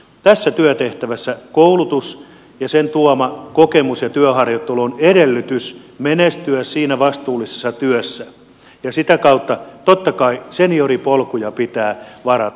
tässä työtehtävässä koulutus ja sen tuoma kokemus ja työharjoittelu on edellytys menestyä siinä vastuullisessa työssä ja sitä kautta totta kai senioripolkuja pitää varata